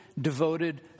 devoted